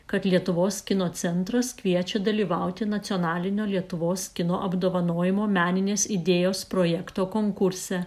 kad lietuvos kino centras kviečia dalyvauti nacionalinio lietuvos kino apdovanojimo meninės idėjos projekto konkurse